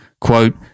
Quote